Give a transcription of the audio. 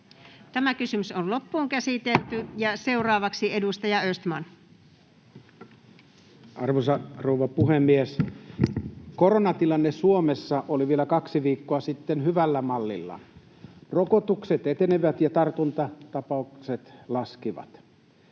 he hakevat sitä yritystä. Seuraavaksi edustaja Östman. Arvoisa rouva puhemies! Koronatilanne Suomessa oli vielä kaksi viikkoa sitten hyvällä mallilla, rokotukset etenivät ja tartuntatapaukset laskivat.